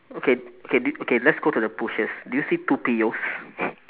okay okay okay d~ let's go to the bushes do you see two